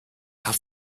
have